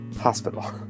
hospital